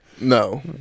No